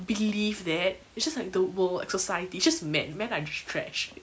believe that it's just like the world like society it's just men men are just trash